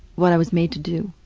what i was made to do.